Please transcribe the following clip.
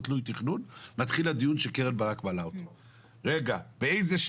הפתרון רצינו שיהיה כולל לכל האנשים שיש להם בתים.